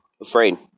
afraid